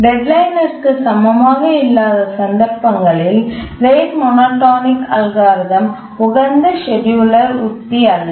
டெட்லைன்ற்கு சமமாக இல்லாத சந்தர்ப்பங்களில் ரேட் மோனோடோனிக் அல்காரிதம் உகந்த ஸ்கேட்யூலர் உத்தி அல்ல